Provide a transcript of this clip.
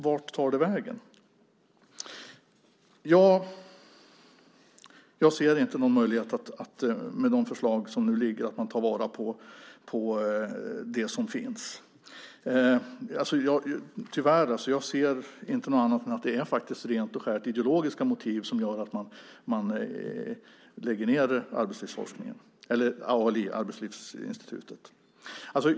Vart tar det vägen? Jag ser inte, utifrån de förslag som nu föreligger, någon möjlighet att ta vara på det som finns. Tyvärr ser jag inte annat än att det är rent och skärt ideologiska motiv som gör att man lägger ned Arbetslivsinstitutet, ALI.